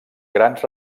grans